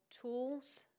tools